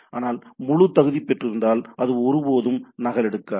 ஆனால் முழு தகுதி பெற்றிருந்தால் இது ஒருபோதும் நகலெடுக்கப்படாது